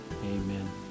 amen